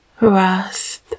rest